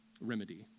remedy